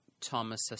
Thomas